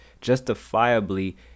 justifiably